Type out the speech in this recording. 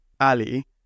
Ali